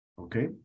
Okay